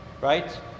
right